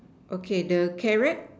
okay the carrot